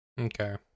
Okay